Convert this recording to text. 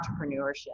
entrepreneurship